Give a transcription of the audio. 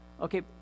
Okay